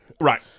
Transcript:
right